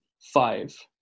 five